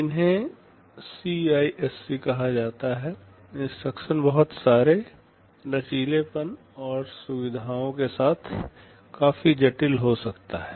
इन्हें सीआईएससी कहा जाता है इंस्ट्रक्शन बहुत सारे लचीलेपन और सुविधाओं के साथ काफी जटिल हो सकता है